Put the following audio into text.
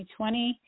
2020